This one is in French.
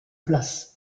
place